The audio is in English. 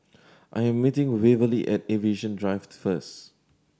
I am meeting Waverly at Aviation Drive first